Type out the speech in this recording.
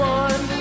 one